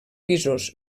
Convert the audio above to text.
pisos